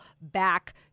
back